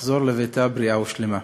ותחזור לביתה בריאה ושלמה.